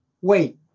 Wait